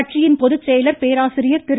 கட்சியின் பொதுச்செயலர் பேராசிரியர் திரு